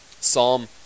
Psalm